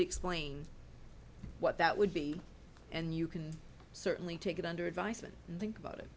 explain what that would be and you can certainly take it under advisement and think about it